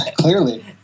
Clearly